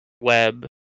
web